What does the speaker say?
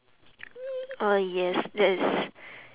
uh yes that's